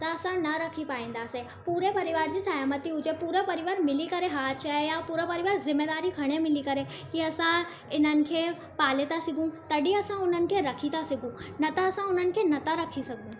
त असां न रखी पाईंदासे पूरो परिवार जी सहमति हुजे पूरो परिवारु मिली करे हा चए या पूरो परिवारु ज़िमेदारी खणे मिली करे की असां इन्हनि खे पाले था सघूं तॾहिं असां उन्हनि खे रखी था सघूं न त असां उन्हनि खे न था रखी सघूं